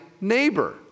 neighbor